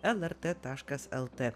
lrt taškas lt